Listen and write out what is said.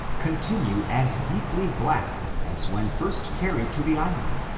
continue as deeply black as when first carried to the island,